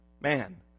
man